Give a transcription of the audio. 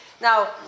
Now